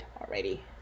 already